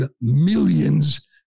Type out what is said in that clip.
millions